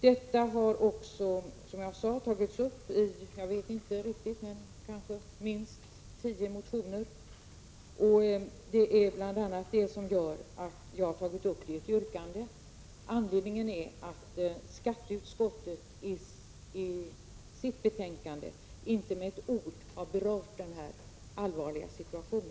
Detta har, som jag sade, berörts i minst ett tiotal motioner, och det är bl.a. därför jag tagit upp det i mitt yrkande. Anledningen är att skatteutskottet i sitt betänkande inte med ett ord har omnämnt denna allvarliga situation.